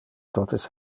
totes